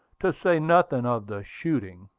to say nothing of the shooting.